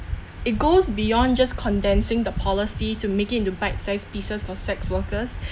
it goes beyond just condensing the policy to make it into bite size pieces for sex workers